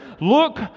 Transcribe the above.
look